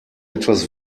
etwas